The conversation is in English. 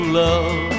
love